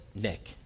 Nick